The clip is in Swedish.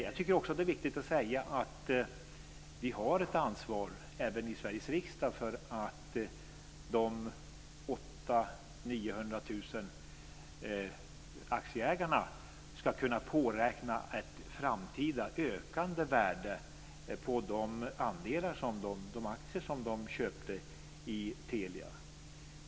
Jag tycker också att det är viktigt att säga att vi har ett ansvar även i Sveriges riksdag för att de 800 000-900 000 aktieägarna ska kunna påräkna ett framtida ökande värde på de aktier som de köpte i Telia.